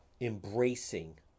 embracing